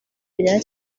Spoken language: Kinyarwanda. rya